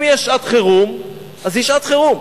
אם יש שעת חירום, אז היא שעת חירום.